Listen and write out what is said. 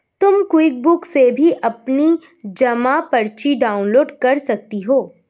तुम क्विकबुक से भी अपनी जमा पर्ची डाउनलोड कर सकती हो